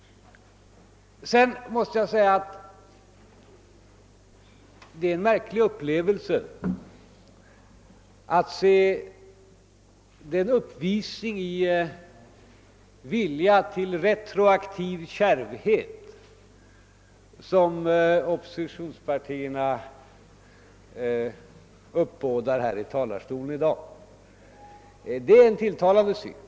Vidare måste jag säga, att det är en märklig upplevelse att se den uppvisning i vilja till retroaktiv kärvhet som oppositionspartierna uppbådar här i talarstolen i dag. Det är en tilltalande syn.